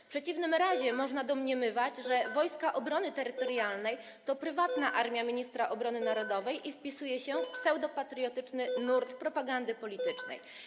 W przeciwnym razie można domniemywać, że Wojska Obrony Terytorialnej to prywatna armia ministra obrony narodowej, która wpisuje się w pseudopatriotyczny nurt propagandy politycznej.